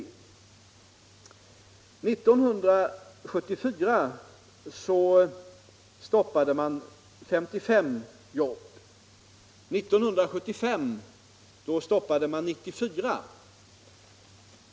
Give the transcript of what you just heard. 1974 stoppade man 55 arbeten. 1975 stoppade man 94.